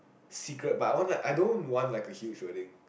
secret but I want like I don't want like a huge wedding